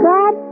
God